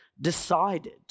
decided